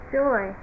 joy